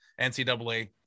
ncaa